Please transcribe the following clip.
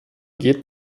geht